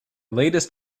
latest